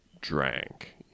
drank